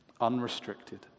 Unrestricted